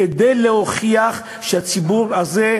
כדי להוכיח שהציבור הזה,